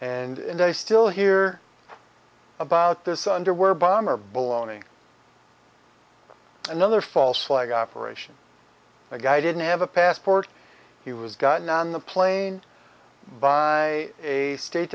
and i still hear about this underwear bomber baloney another false flag operation the guy didn't have a passport he was gotten on the plane by a state